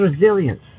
resilience